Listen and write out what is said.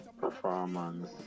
performance